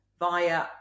via